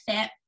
fit